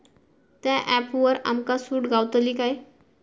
त्या ऍपवर आमका सूट गावतली काय?